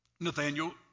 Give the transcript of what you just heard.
Nathaniel